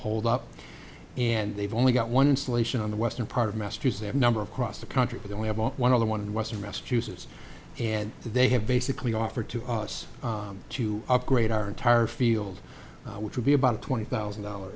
hold up and they've only got one installation on the western part of massachusetts number of cross the country that we have on one of the one in western massachusetts and they have basically offered to us to upgrade our entire field which would be about twenty thousand dollar